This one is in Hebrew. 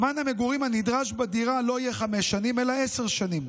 זמן המגורים הנדרש בדירה לא יהיה חמש שנים אלא עשר שנים.